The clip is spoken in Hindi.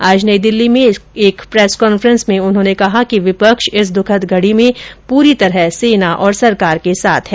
आज नई दिल्ली में एक प्रेस वार्ता में उन्होंने कहा कि विपक्ष इस दुखद घडी में पूरी तरह सेना और सरकार के साथ है